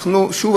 שוב,